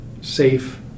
safe